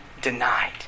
denied